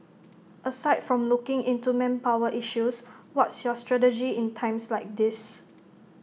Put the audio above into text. aside from looking into manpower issues what's your strategy in times like these